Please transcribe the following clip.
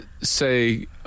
say